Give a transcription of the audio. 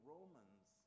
Romans